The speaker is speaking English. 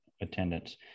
attendance